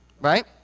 right